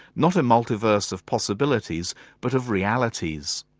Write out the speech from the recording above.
not a multiverse of possibilities but of realities.